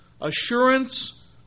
assurance